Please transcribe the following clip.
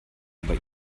aber